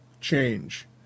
change